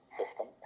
system